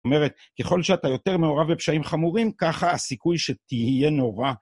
זאת אומרת, ככל שאתה יותר מעורב בפשעים חמורים, ככה הסיכוי שתהיה נורא.